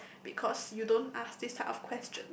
because you don't ask this type of questions